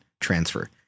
transfer